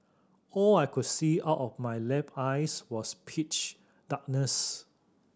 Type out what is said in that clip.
all I could see out of my left eyes was pitch darkness